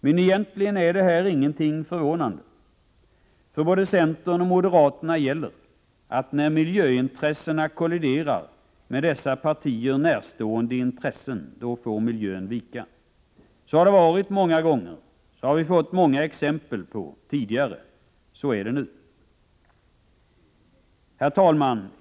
Men egentligen är detta inte någonting förvånande. För både centern och moderaterna gäller att när miljöintressena kolliderar med dessa partier närstående intressen får miljön vika. Så har det varit många gånger. Det har vi tidigare fått många exempel på. Så är det också nu. Herr talman!